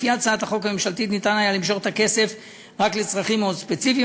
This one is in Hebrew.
לפי הצעת החוק הממשלתית היה אפשר למשוך את הכסף רק לצרכים מאוד ספציפיים.